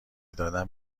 دادن